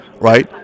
right